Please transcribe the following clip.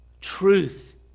truth